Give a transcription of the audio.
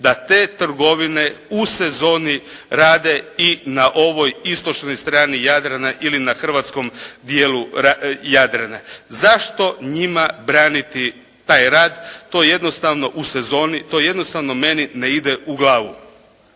da te trgovine u sezoni rade i na ovoj istočnoj strani Jadrana ili na hrvatskom dijelu Jadrana. Zašto njima braniti taj rad? To jednostavno u sezoni, to jednostavno meni ne ide u glavu.